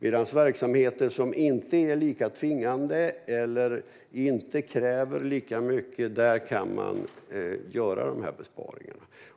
I verksamheter som inte är lika tvingande eller som inte kräver lika mycket kan man göra besparingarna.